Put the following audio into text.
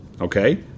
Okay